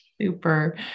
super